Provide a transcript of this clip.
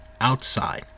outside